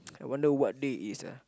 I wonder what day it is ah